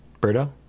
Berto